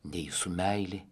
nei jūsų meilė